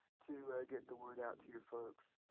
to get the word out to your folks.